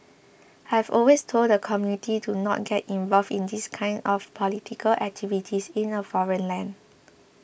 I've always told the community to not get involved in these kinds of political activities in a foreign land